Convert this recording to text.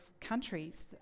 countries